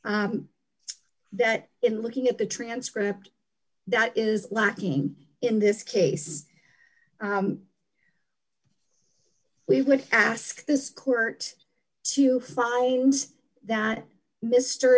that in looking at the transcript that is lacking in this case we would ask this court to find that mr